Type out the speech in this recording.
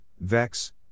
vex